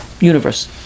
universe